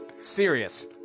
Serious